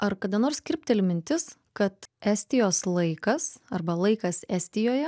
ar kada nors kirbteli mintis kad estijos laikas arba laikas estijoje